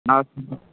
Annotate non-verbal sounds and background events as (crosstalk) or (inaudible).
(unintelligible)